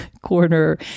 corner